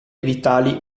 vitali